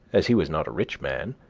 as he was not a rich man,